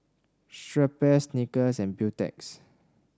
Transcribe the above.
Schweppes Snickers and Beautex